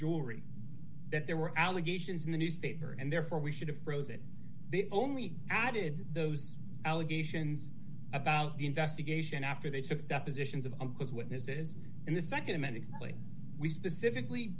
jewelry that there were allegations in the newspaper and therefore we should have froze it they only added those allegations about the investigation after they took depositions of those witnesses in the nd medically we specifically